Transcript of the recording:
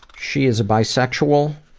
she is a bisexual